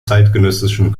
zeitgenössischen